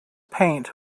paint